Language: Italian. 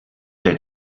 the